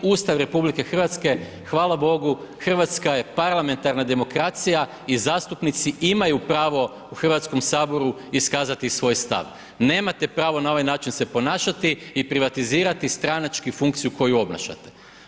Ustav RH hvala bogu, Hrvatska je parlamentarna demokracija i zastupnici imaju pravo u Hrvatskom saboru iskazati svoj stav, nemate pravo na ovaj način se ponašati i privatizirati stranačku funkciju koju obnašate.